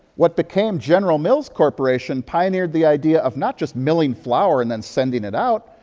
what became general mills corporation pioneered the idea of not just milling flour and then sending it out,